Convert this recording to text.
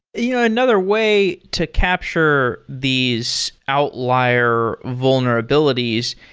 yeah another way to capture these outlier vulnerabilities,